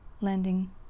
landing